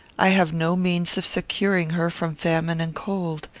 i have no means of securing her from famine and cold.